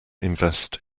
invest